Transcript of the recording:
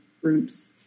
groups